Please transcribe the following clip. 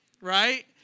right